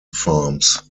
farms